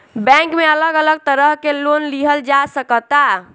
bank में अलग अलग तरह के लोन लिहल जा सकता